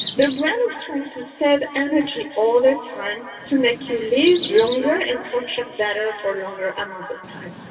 the brain is trying to save energy all the time, to make you live longer and function better for longer amounts of time.